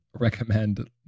recommend